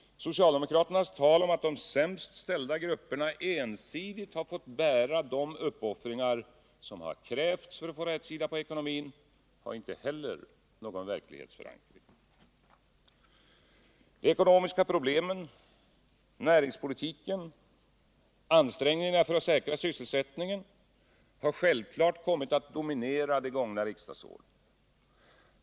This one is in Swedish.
Socialdemokraternas tal om att de sämst ställda grupperna ensidigt har fått bära de uppoffringar, som har krävts för att få rätsida på ekonomin, har inte heller det någon verklighetsförankring. De ekonomiska problemen, näringspolitiken och ansträngningarna för att säkra sysselsättningen har självklart kommit att dominera det gångna riksdagsåret.